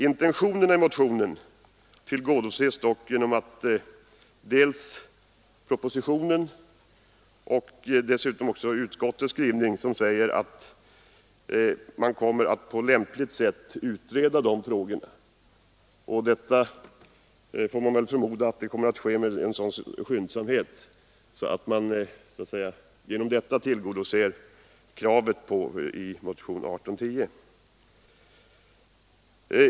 Intentionerna i motionen tillgodoses dock dels genom propositionen, dels genom utskottets skrivning, där det heter att man kommer att på lämpligt sätt utreda de frågorna. Jag förmodar att det kommer att ske med sådan skyndsamhet att därigenom kravet i motionen 1810 är tillgodosett.